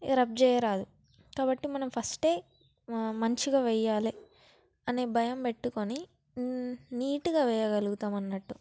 ఇక రబ్ చేయరాదు కాబట్టి మనం ఫస్టే మంచిగా వేయాలి అనే భయం పెట్టుకొని నీటుగా వేయగలుగుతామన్నట్టు